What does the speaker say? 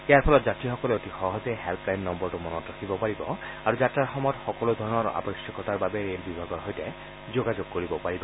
ইয়াৰ ফলত যাৱীসকলে অতি সহজে হেম্পলাইন নম্বৰটো মনত ৰাখিব পাৰিব আৰু যাত্ৰাৰ সময়ত সকলোধৰণৰ আৱশ্যকতাৰ বাবে ৰে'ল বিভাগৰ সৈতে যোগাযোগ কৰিব পাৰিব